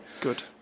Good